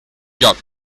lloc